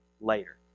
later